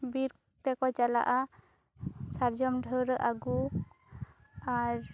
ᱵᱤᱨ ᱛᱮᱠᱚ ᱪᱟᱞᱟᱜᱼᱟ ᱥᱟᱨᱡᱚᱢ ᱰᱷᱟᱹᱣᱨᱟᱹᱜ ᱟᱹᱜᱩ ᱟᱨ